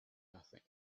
nothing